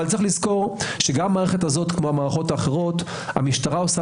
גם המערכת הזו כמו האחרות המשטרה עושה